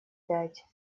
пять